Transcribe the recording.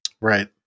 right